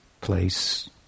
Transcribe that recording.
place